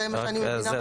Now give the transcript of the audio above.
זה מה שאני מבינה.